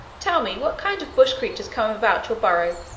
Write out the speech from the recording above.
tell me what kind of bush creatures come about your burrow.